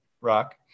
rock